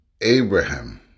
Abraham